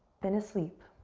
been asleep,